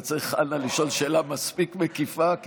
אתה צריך לשאול שאלה מספיק מקיפה,